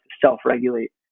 self-regulate